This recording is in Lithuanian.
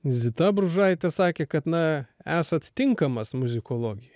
zita bružaitė sakė kad na esat tinkamas muzikologijai